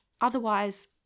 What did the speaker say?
Otherwise